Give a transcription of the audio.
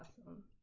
awesome